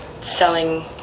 selling